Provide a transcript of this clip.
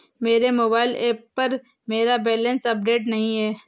मेरे mobile app पर मेरा बैलेंस अपडेट नहीं है